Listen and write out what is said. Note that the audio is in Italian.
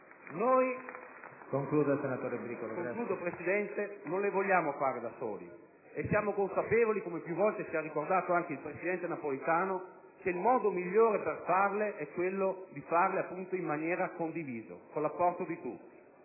Noi non le vogliamo fare da soli e siamo consapevoli, come più volte ci ha ricordato anche il presidente Napolitano, che il modo migliore per farle è in maniera condivisa e con l'apporto di tutti.